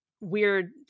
weird